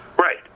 Right